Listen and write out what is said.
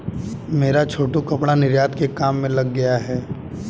मेरा छोटू कपड़ा निर्यात के काम में लग गया है